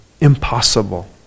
impossible